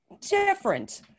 different